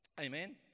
Amen